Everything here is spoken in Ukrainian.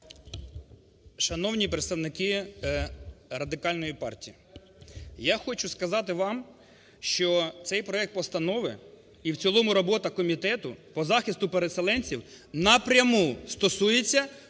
Шановні представники Радикальної партії, я хочу сказати вам, що цей проект постанови і в цілому робота комітету по захисту переселенців напряму стосується